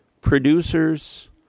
producers